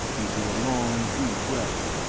he drew a long, deep breath.